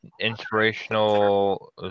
inspirational